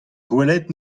gwelet